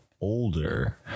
older